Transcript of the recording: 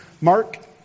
Mark